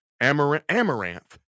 amaranth